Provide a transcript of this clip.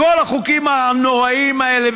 כל החוקים הנוראיים האלה,